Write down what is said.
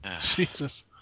Jesus